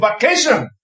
vacation